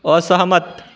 असहमत